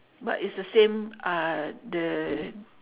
but is the same uh the